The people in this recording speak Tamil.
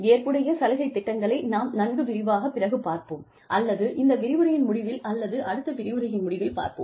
ஏற்புடைய சலுகை திட்டங்களை நாம் நன்கு விரிவாக பிறகு பார்ப்போம் அல்லது இந்த விரிவுரையின் முடிவில் அல்லது அடுத்த விரிவுரையின் முடிவில் பார்ப்போம்